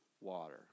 water